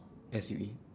S U E